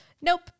Nope